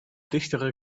dichtere